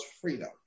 freedom